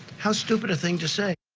how stupid a thing to say.